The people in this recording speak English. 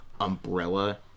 umbrella